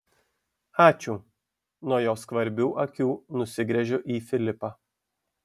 ačiū nuo jo skvarbių akių nusigręžiu į filipą